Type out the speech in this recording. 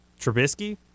Trubisky